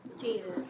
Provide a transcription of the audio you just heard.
Jesus